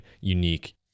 unique